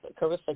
Carissa